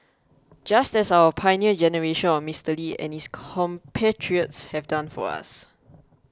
just as our Pioneer Generation of Mister Lee and his compatriots have done for us